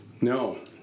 No